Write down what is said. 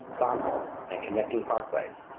farm-homes, and connecting parkways.